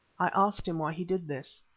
i asked him why he did this.